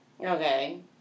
Okay